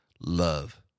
Love